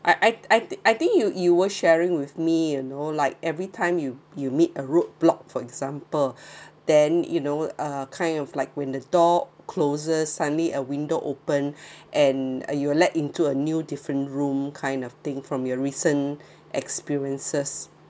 I I I I think you you were sharing with me you know like everytime you you meet a roadblock for example then you know uh kind of like when the door closes suddenly a window open and uh you were let into a new different room kind of thing from your recent experiences